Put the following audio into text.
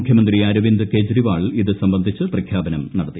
മുഖ്യമന്ത്രി അരവിന്ദ് കെജരിവാൾ ഇത് സംബന്ധിച്ച് പ്രഖ്യാപനം നടത്തി